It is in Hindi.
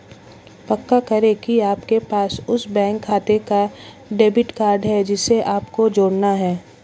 पक्का करें की आपके पास उस बैंक खाते का डेबिट कार्ड है जिसे आपको जोड़ना है